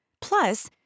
Plus